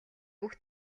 бүх